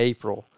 April